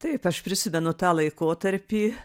taip aš prisimenu tą laikotarpį